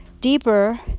deeper